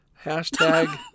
Hashtag